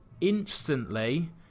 instantly